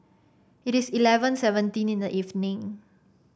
it is eleven seventeen in the evening